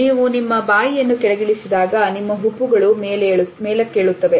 ನೀವು ನಿಮ್ಮ ಬಾಯಿಯನ್ನು ಕೆಳಗಿಳಿಸಿದಾಗ ನಿಮ್ಮ ಹುಬ್ಬುಗಳು ಮೇಲೆ ಕೇಳುತ್ತವೆ